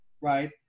right